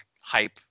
hype